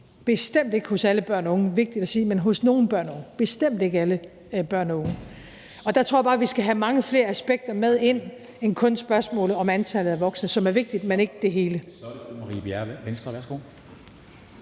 bestemt ikke hos alle børn og unge, det er vigtigt at sige, men hos nogle børn og unge – og jeg tror bare, vi skal have mange flere aspekter med ind i det end kun spørgsmålet om antallet af voksne, som er vigtigt, men ikke det hele.